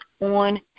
on